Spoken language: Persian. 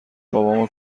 بابامو